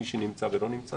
מי שנמצא כאן ומי שלא נמצא,